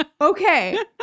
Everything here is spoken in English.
Okay